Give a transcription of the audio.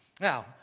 Now